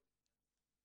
תוך כדי או לפני התוכנית.